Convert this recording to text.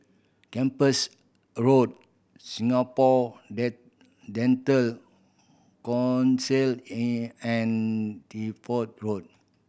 Kempas Road Singapore Dental Council and and Deptford Road